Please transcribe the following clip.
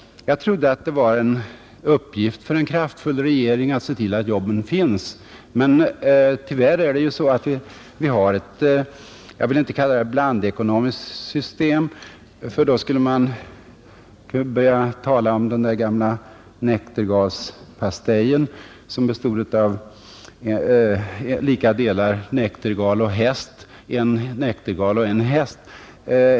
Jag trodde att det var en uppgift för en kraftfull regering att se till att jobben finns. Att de inte gör det beror på vårt ekonomiska system — jag vill inte kalla det blandekonomiskt; det påminner om den där gamla näktergalspastejen som bestod av lika delar näktergal och häst: en näktergal och en häst.